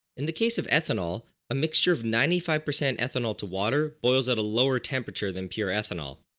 in the case of ethanol a mixture of ninety-five percent ethanol to water boils at a lower temperature than pure ethanol.